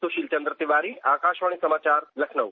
सुशील चंद्र तिवारी आकाशवाणी समाचार लखनऊ